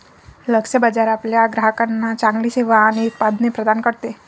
लक्ष्य बाजार आपल्या ग्राहकांना चांगली सेवा आणि उत्पादने प्रदान करते